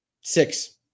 Six